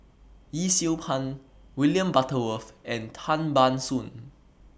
Yee Siew Pun William Butterworth and Tan Ban Soon